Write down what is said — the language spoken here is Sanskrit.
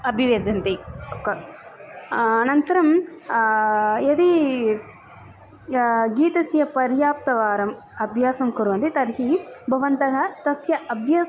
अभिव्यजन्ति क अनन्तरं यदि गीतस्य पर्याप्तवारम् अभ्यासं कुर्वन्ति तर्हि भवन्तः तस्य अभ्यस्ताः